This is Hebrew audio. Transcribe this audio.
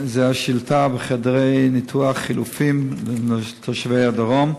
זאת השאילתה על חדרי ניתוח חלופיים לתושבי הדרום: